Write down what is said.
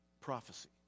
Prophecy